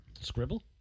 Scribble